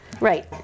right